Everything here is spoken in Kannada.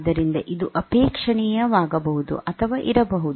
ಆದ್ದರಿಂದ ಇದು ಅಪೇಕ್ಷಣೀಯವಾಗಬಹುದು ಅಥವಾ ಇರಬಹುದು